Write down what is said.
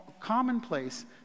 commonplace